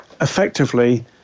effectively